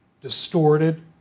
distorted